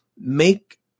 make